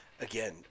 again